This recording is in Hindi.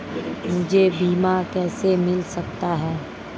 मुझे बीमा कैसे मिल सकता है?